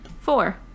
Four